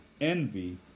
envy